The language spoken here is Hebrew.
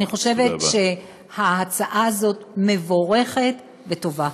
אני חושבת שההצעה הזאת מבורכת וטובה.